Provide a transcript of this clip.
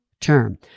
term